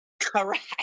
Correct